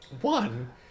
One